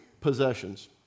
possessions